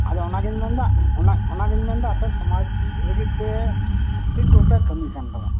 ᱟᱫᱚ ᱚᱱᱜᱮᱧ ᱢᱮᱱ ᱫᱟ ᱚᱱᱟ ᱚᱱᱟ ᱜᱮᱧ ᱢᱮᱱ ᱮᱫᱟ ᱟᱯᱮ ᱥᱚᱢᱟᱡᱽ ᱞᱟᱜᱤᱜ ᱛᱮ ᱪᱮᱫ ᱠᱚᱯᱮ ᱠᱟᱹᱢᱤ ᱠᱟᱱ ᱛᱟᱵᱚᱱᱟ